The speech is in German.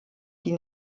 die